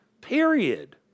Period